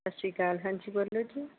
ਸਤਿ ਸ਼੍ਰੀ ਅਕਾਲ ਹਾਂਜੀ ਬੋਲੋ ਜੀ